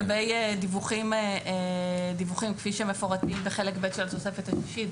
לגבי דיווחים כפי שמפורטים בחלק ב' של התוספת השישית,